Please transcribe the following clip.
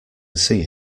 see